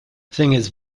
singers